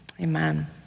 Amen